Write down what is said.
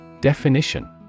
Definition